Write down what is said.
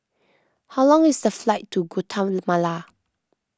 how long is the flight to Guatemala